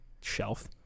shelf